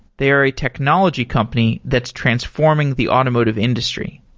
they're a technology company that's transforming the automotive industry.